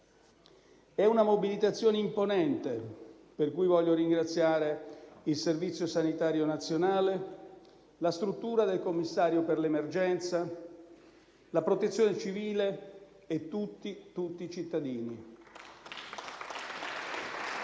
È una mobilitazione imponente, per cui voglio ringraziare il Servizio sanitario nazionale, la struttura del commissario per l'emergenza, la Protezione civile e davvero tutti i cittadini.